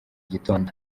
gitondo